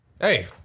Hey